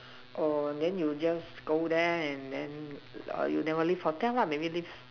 orh then you just go then and then uh you never leave hotel lah maybe leave